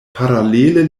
paralele